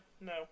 no